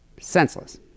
Senseless